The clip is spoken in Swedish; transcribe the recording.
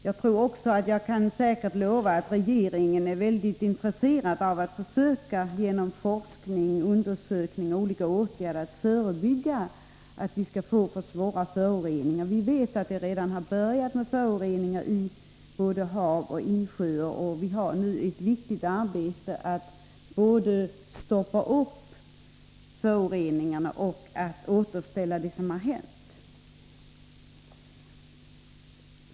Jag tror också att jag kan lova att regeringen är väldigt intresserad av att genom forskning, undersökningar och olika åtgärder försöka förebygga för svåra föroreningar. Vi vet att det redan finns föroreningar både i haven och i insjöarna, och vi har nu ett viktigt arbete att utföra för att stoppa föroreningarna och för att undanröja följderna av det som hänt.